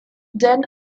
then